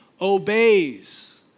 obeys